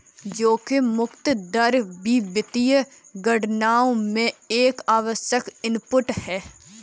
जोखिम मुक्त दर भी वित्तीय गणनाओं में एक आवश्यक इनपुट है